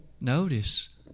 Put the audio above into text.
Notice